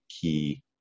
key